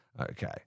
Okay